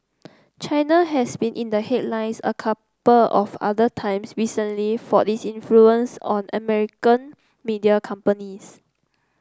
China has been in the headlines a couple of other times recently for its influence on American media companies